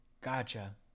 Gotcha